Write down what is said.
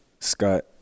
Scott